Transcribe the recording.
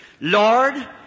Lord